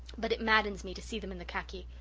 but it maddens me to see them in the khaki.